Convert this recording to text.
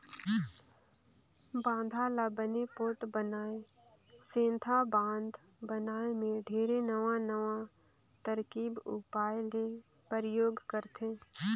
बांधा ल बने पोठ बनाए सेंथा बांध बनाए मे ढेरे नवां नवां तरकीब उपाय ले परयोग करथे